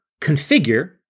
configure